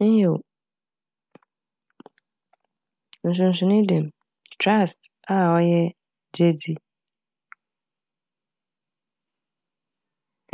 Nyew, nsonsonee da m' "trust" a ɔyɛ gyedzi